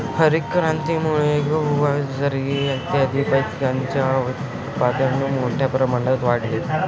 हरितक्रांतीमुळे गहू, बाजरी इत्यादीं पिकांचे उत्पादन मोठ्या प्रमाणात वाढले